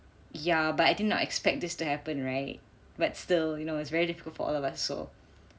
ya but I didn't expect this to happen right but still you know it's very difficult for all of us so